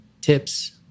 tips